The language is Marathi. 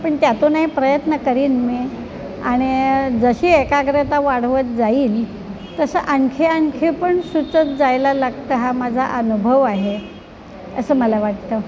पण त्यातूनही प्रयत्न करीन मी आणि जशी एकाग्रता वाढवत जाईन तसं आणखी आणखी पण सुचत जायला लागतं हा माझा अनुभव आहे असं मला वाटतं